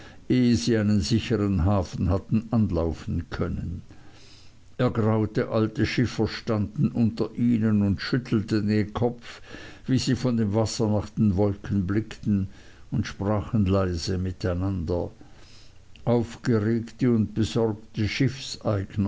sie einen sichern hafen hatten anlaufen können ergraute alte schiffer standen unter ihnen und schüttelten den kopf wie sie von dem wasser nach den wolken blickten und sprachen leise miteinander aufgeregte und besorgte